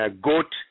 goat